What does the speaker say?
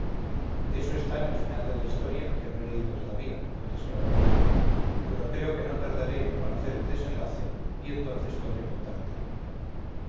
eso está en el final de la historia que no he leído todavía contestó amaranta pero creo que no tardaré en conocer el desenlace y entonces podré contártelo